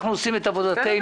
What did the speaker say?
אנחנו עושים את עבודתנו.